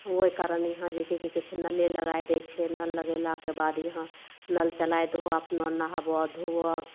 ओइ कारण यहाँ जे कि की कहय छै नले लगाय दै छै नल लगेलाके बाद यहाँ नल चलाय दहो नहाबऽ धोबऽ